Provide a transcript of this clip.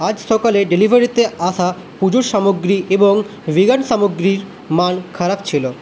আজ সকালে ডেলিভারিতে আসা পুজোর সামগ্রী এবং ভিগান সামগ্রীর মান খারাপ ছিল